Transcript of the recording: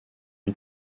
une